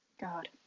God